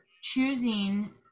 choosing